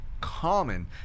common